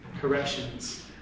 Corrections